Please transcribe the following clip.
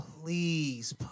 please